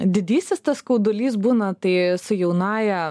didysis tas skaudulys būna tai su jaunąja